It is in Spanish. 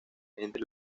entre